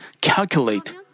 calculate